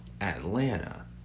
Atlanta